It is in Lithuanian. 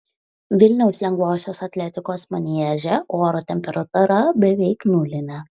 vilniaus lengvosios atletikos manieže oro temperatūra beveik nulinė